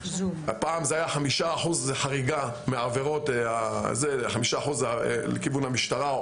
פעם זה היה 5% מהעבירות לכיוון המשטרה.